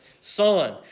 son